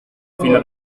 fila